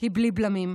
היא בלי בלמים.